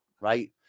right